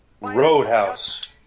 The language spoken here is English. Roadhouse